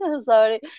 sorry